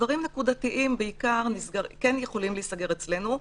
דברים נקודתיים בעיקר כן יכולים להיסגר אצלנו.